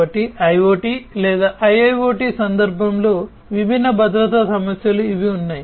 కాబట్టి IoT లేదా IIoT సందర్భంలో విభిన్న భద్రతా సమస్యలుగా ఇవి ఉన్నాయి